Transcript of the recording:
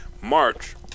March